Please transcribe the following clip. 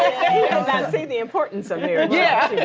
see the importance of marriage. yeah.